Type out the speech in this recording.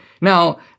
Now